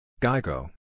Geico